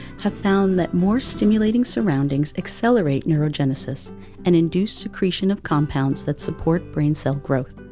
have found that more stimulating surroundings accelerate neurogenesis and induce secretion of compounds that support brain cell growth.